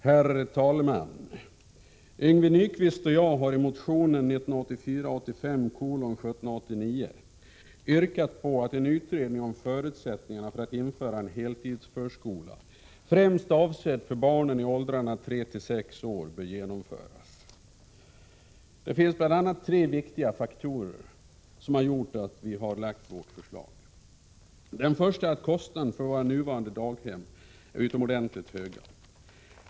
Herr talman! Yngve Nyquist och jag har i motionen 1984/85:1789 yrkat att en utredning om förutsättningarna för att införa en heltidsförskola främst avsedd för barn i åldrarna 3-6 år skall genomföras. Tre viktiga faktorer ligger till grund för vårt förslag. Den första är att kostnaderna för våra nuvarande daghem är utomordentligt höga.